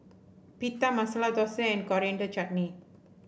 Pita Masala Dosa and Coriander Chutney